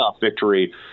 victory